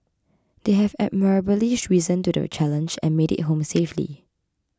they have admirably risen to the challenge and made it home safely